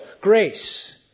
Grace